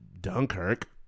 Dunkirk